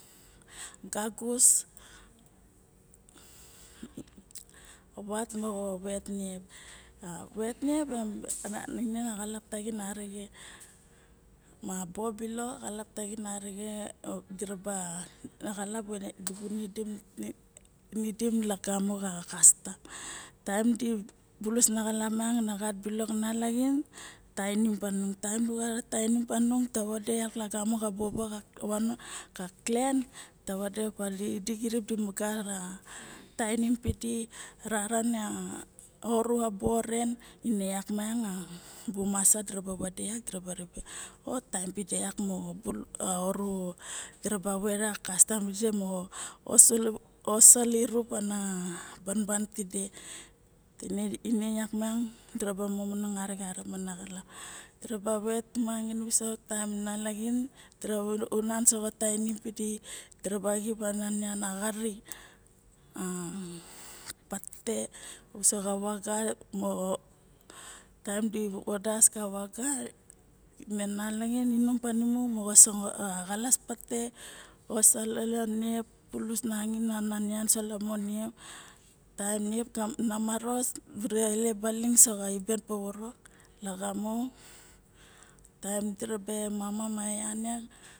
Ngagus ma vat moxo vet niep a vet niap ne na xalap taxin arixen ma bo bilok xalap taxin arixen diraba xalap ine dibu nidim lagamo xa kastam taem di bulus na xalap miang nagax. A nalaxin tanim tanung taem nu xaxat ka tanim yanung tavade yak lagamo va clen tavade pa xirip dumara tanim pidi a rara na oru a tainim ma di oru a rara bo ren ne yak ma masa taba vade yak deraba ribe o taem tide moxo oru a moxo pet kastam o mo osali rup ana banban tide ine yak miang diraba momongong arixen mana xalap kava vet tomangain xuset taem nalaxin ne dira unan soxa tanim pidi diraba xip ana nain a xari a patete uso xa vaga moxo taem dibu vadas ka vaga me nalaxin ne inom panimu moxo xalas patete moxo salo a niep, bulus nain nian slamu xa niep taem niep na maros diraba ilep baling uso lamo xo iben povo rok lagamo taem derebe mama me nien yak.